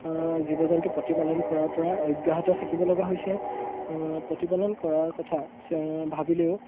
জীৱ জন্তু প্ৰতিপালন কৰাৰপৰা অব্যাহত থাকিব লগা হৈছে প্ৰতিপালন কৰাৰ কথা ভাবিলেও